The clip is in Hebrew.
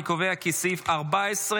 אני קובע כי סעיף 14,